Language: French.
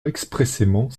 expressément